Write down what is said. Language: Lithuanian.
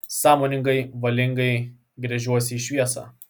sąmoningai valingai gręžiuosi į šviesą